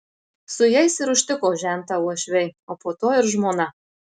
su jais ir užtiko žentą uošviai o po to ir žmona